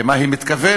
למה היא מתכוונת,